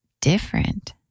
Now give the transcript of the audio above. different